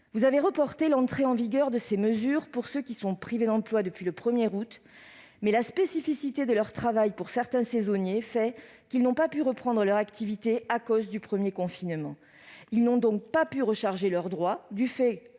a reporté l'entrée en vigueur de ces mesures pour ceux qui sont privés d'emploi depuis le 1 août. Mais la spécificité du travail de certains saisonniers fait qu'ils n'ont pu reprendre leur activité à cause du premier confinement. Ils n'ont donc pas pu recharger leurs droits, du fait